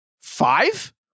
five